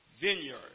vineyard